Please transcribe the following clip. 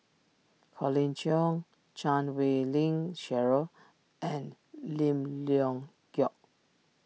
Colin Cheong Chan Wei Ling Cheryl and Lim Leong Geok